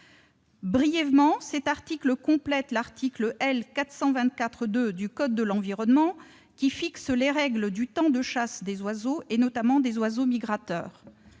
Cet article complète l'article L. 424-2 du code de l'environnement qui fixe les règles du temps de chasse des oiseaux, notamment des oiseaux migrateurs.